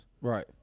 Right